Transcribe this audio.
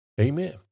Amen